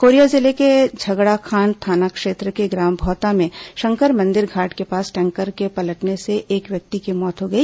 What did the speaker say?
Korea जिले के झगड़ाखांड थाना क्षेत्र के ग्राम भौता में शंकर मंदिर घाट के पास टैंकर के पलटने से एक व्यक्ति की मौत हो गई